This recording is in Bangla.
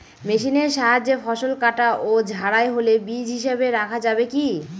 মেশিনের সাহায্যে ফসল কাটা ও ঝাড়াই হলে বীজ হিসাবে রাখা যাবে কি?